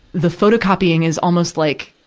the photocopying is almost like,